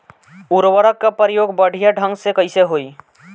उर्वरक क प्रयोग बढ़िया ढंग से कईसे होई?